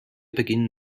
beginnen